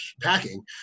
packing